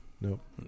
nope